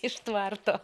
iš tvarto